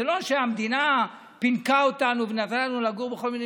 זה לא שהמדינה פינקה אותנו ונתנה לנו לגור בכל מיני